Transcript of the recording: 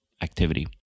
activity